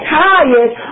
tired